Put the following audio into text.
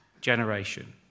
generation